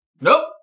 Nope